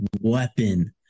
weapon